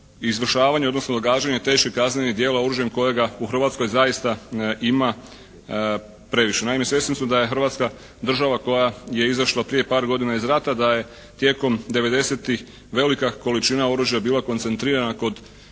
izvršavanje, odnosno događanja teških kaznenih djela oružjem kojega u Hrvatskoj zaista ima previše. Naime svjesni smo da je Hrvatska država koja je izašla prije par godina iz rata, da je tijekom '90.-ih velika količina oružja bila koncentrirana kod